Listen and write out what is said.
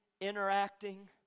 interacting